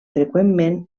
freqüentment